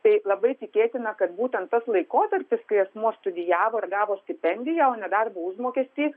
tai labai tikėtina kad būtent tas laikotarpis kai asmuo studijavo ir gavo stipendiją o ne darbo užmokestį